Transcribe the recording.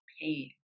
pain